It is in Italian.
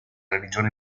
religione